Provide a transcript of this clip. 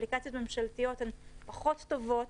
אפליקציות ממשלתיות הן פחות טובות,